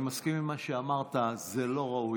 אני מסכים עם מה שאמרת, זה לא ראוי.